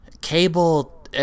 Cable